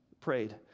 prayed